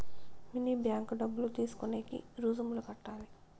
mini bank డబ్బులు తీసుకునేకి రుసుములు కట్టాలి